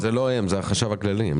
זה לא הם, זה החשב הכללי.